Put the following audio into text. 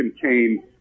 contain